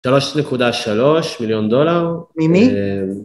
-שלוש נקודה, שלוש מיליון דולר. -ממי?